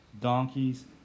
donkeys